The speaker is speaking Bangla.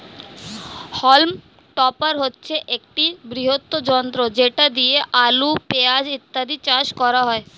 হল্ম টপার হচ্ছে একটি বৃহৎ যন্ত্র যেটা দিয়ে আলু, পেঁয়াজ ইত্যাদি চাষ করা হয়